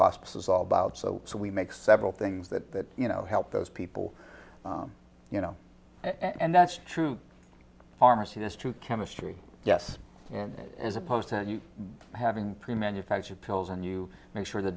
hospice is all about so so we make several things that you know help those people you know and that's true pharmacy this through chemistry yes and as opposed to having pre manufactured pills and you make sure the